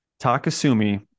Takasumi